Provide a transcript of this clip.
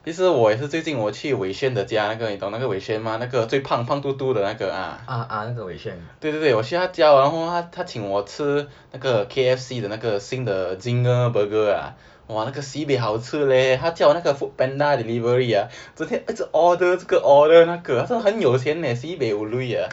其实我也是最近我去 wei xuan 的家那个你懂那个 wei xuan mah 那个最胖胖嘟嘟的那个 ah 对对我去他家完后他请我吃那个 K_F_C 的那个新的 zinger burger 那个个 sibeh 好吃 leh 他叫那个 foodpanda delivery 整天 order 这个 order 那个他好像很有钱 eh sibeh wu lui